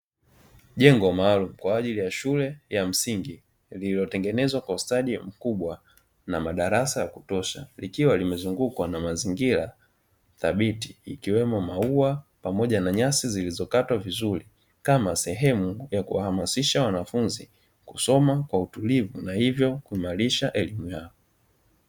Jengo maalum kwa ajili ya shule ya msingi lililotengenezwa kwa ustadi mkubwa, na madarasa ya kutosha likiwa limezungukwa na mazingira thabiti ikiwemo maua pamoja na nyasi zilizokatwa vizuri kama sehemu ya kuhamasisha wanafunzi kusoma kwa utulivu na hivyo kuimarisha elimu yao.